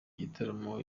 gitaramo